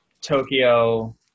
tokyo